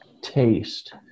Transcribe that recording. taste